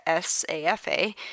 SAFA